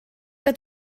que